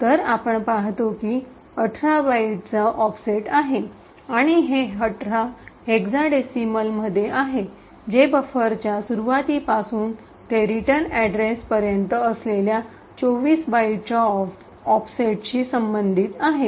तर आपण पाहतो की १८ बाइटचा ऑफसेट आहे आणि हे १८ हेक्साडेसिमलमध्ये आहे जे बफरच्या सुरूवाती पासून ते रिटर्न अड्रेस पर्यंत असलेल्या 24 बाइट्सच्या ऑफसेटशी संबंधित आहे